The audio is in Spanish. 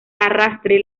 arrastre